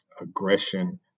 aggression